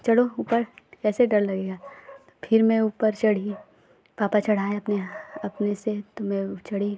चढ़ो ऊपर कैसे डर लगेगा तो फिर मैं ऊपर चढ़ी पापा चढ़ाए अपने अपने से तो मैं ओ चढ़ी